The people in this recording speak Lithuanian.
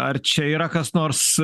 ar čia yra kas nors